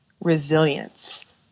resilience